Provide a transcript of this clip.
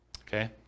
Okay